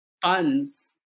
funds